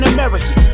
American